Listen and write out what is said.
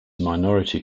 minority